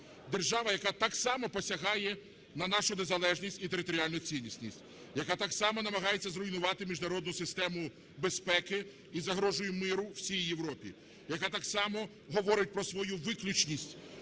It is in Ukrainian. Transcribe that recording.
держава, яка так само посягає на нашу незалежність і територіальну цілісність, яка так само намагається зруйнувати міжнародну систему безпеки і загрожує миру і всій Європі, яка так само говорить про свою виключність